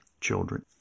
children